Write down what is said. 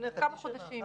לפני חצי שנה, כמה חודשים.